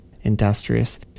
industrious